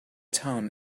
town